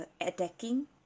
attacking